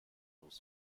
bloß